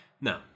No